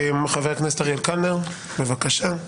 חבר הכנסת אריאל קלנר, בבקשה.